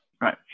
Right